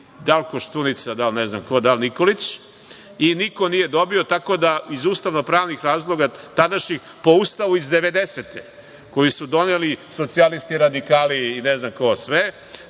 li Koštunica, da li Nikolić i niko nije dobio, tako da iz ustavno-pravnih razloga tadašnjih po Ustavu iz 1990. godine, koji su doneli socijalisti, radikali i ne znam ko sve,